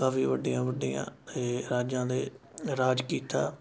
ਕਾਫੀ ਵੱਡੀਆਂ ਵੱਡੀਆਂ ਏ ਰਾਜਾਂ ਦੇ ਰਾਜ ਕੀਤਾ